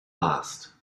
last